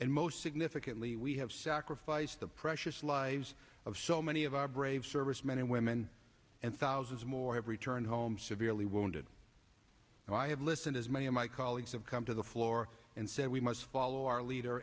and most significantly we have sacrificed the precious lives of so many of our brave servicemen and women and thousands more have returned home severely wounded and i have listened as many of my colleagues have come to the floor and said we must follow our leader